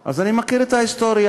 תאמין לי שאני מכירה את ההיסטוריה.